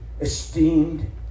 esteemed